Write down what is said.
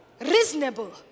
Reasonable